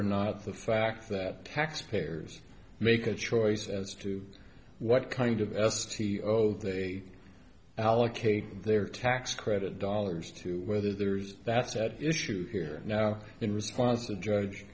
or not the fact that taxpayers make a choice as to what kind of s t o they allocate their tax credit dollars to whether there's that's at issue here now in response to judge